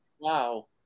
Wow